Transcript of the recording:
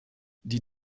die